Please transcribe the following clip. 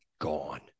gone